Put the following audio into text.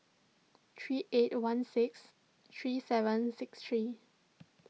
three eight one six three seven six three